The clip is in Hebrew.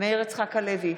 מאיר יצחק הלוי,